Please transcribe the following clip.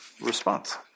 response